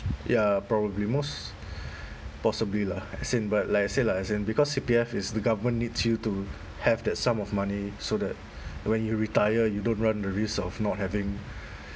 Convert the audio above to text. ya probably most possibly lah as in but like I say lah as in because C_P_F is the government needs you to have that sum of money so that when you retire you don't run the risk of not having